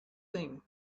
thing